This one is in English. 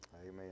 Amen